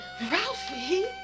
Ralphie